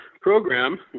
program